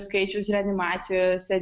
skaičius reanimacijose